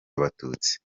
abatutsi